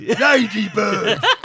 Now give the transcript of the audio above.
ladybird